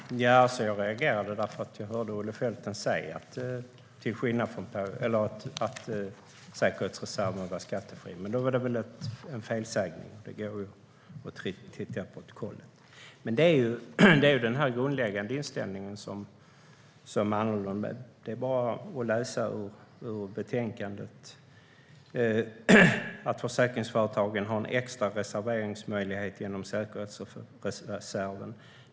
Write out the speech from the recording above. Herr talman! Jag reagerade därför att jag hörde Olle Felten säga att säkerhetsreserven är skattefri. Men då var det väl en felsägning. Vi kan titta i protokollet. Det handlar om den grundläggande inställningen. Det är bara att läsa i betänkandet, nämligen att försäkringsföretagen har en extra reserveringsmöjlighet genom säkerhetsreserven.